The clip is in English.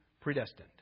predestined